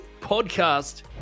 podcast